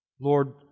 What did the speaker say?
Lord